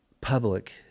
public